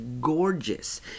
gorgeous